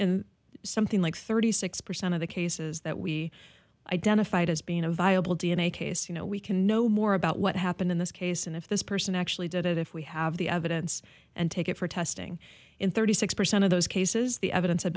in something like thirty six percent of the cases that we identified as being a viable d n a case you know we can know more about what happened in this case and if this person actually did it if we have the evidence and take it for testing in thirty six percent of those cases the evidence had